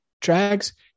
Drags